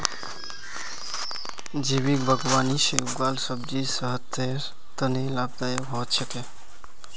जैविक बागवानी से उगाल सब्जी सेहतेर तने लाभदायक हो छेक